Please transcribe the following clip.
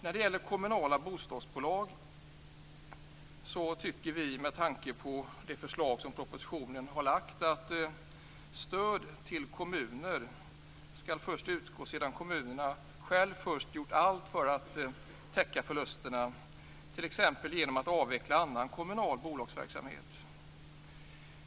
När det gäller kommunala bostadsbolag tycker vi, med tanke på det förslag som har lagts i propositionen, att stöd till kommuner skall utgå först sedan kommunerna själva har gjort allt för att täcka förlusterna, t.ex. genom att avveckla annan kommunal bolagsverksamhet.